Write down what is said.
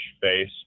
face